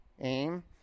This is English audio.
Aim